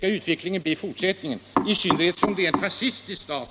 Det gäller ju i det här fallet också en fascistisk stat.